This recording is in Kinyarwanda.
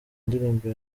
ndirimbo